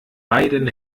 beiden